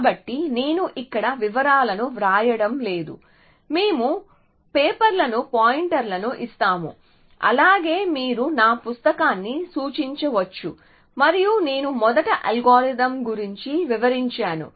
కాబట్టి నేను ఇక్కడ వివరాలను వ్రాయడం లేదు మేము పేపర్లకు పాయింటర్లను ఇస్తాము అలాగే మీరు నా పుస్తకాన్ని సూచించవచ్చు మరియు నేను మొదట అల్గోరిథం గురించి వివరించాను